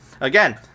Again